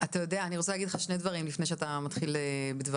אני רוצה להגיד לך שני דברים לפני שאתה מתחיל בדבריך.